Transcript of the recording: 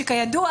שכידוע,